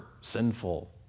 sinful